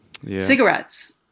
Cigarettes